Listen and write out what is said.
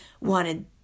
wanted